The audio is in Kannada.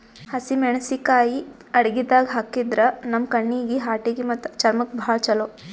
ಹಸಿಮೆಣಸಿಕಾಯಿ ಅಡಗಿದಾಗ್ ಹಾಕಿದ್ರ ನಮ್ ಕಣ್ಣೀಗಿ, ಹಾರ್ಟಿಗಿ ಮತ್ತ್ ಚರ್ಮಕ್ಕ್ ಭಾಳ್ ಛಲೋ